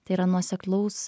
tai yra nuoseklaus